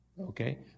Okay